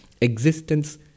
existence